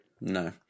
no